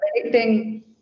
predicting